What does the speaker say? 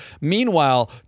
Meanwhile